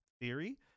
theory